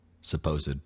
supposed